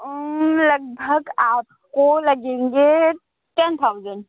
لگ بھگ آپ کو لگیں گے ٹین تھاؤزینڈ